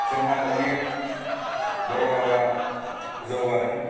जोंहा अनेक बर' रावा जौगादों